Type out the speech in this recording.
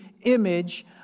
image